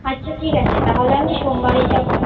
আচ্ছা ঠিক আছে তাহলে আমি সোমবারেই যাব